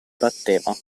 batteva